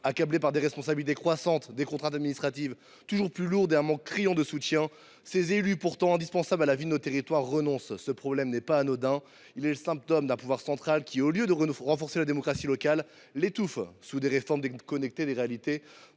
Accablés par des responsabilités croissantes, des contraintes administratives toujours plus lourdes et un manque criant de soutien, ces élus, pourtant indispensables à la vie de nos territoires, renoncent. Ce problème n’est pas anodin. Il est le symptôme d’un pouvoir central qui, au lieu de renforcer la démocratie locale, l’étouffe sous des réformes déconnectées des réalités